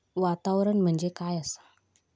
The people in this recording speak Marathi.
वातावरण म्हणजे काय आसा?